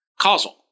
causal